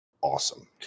awesome